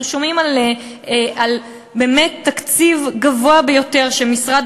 אנחנו שומעים על תקציב גבוה ביותר שמשרד